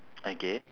okay